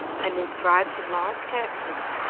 and inscribed in large characters,